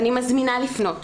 אני מזמינה לפנות.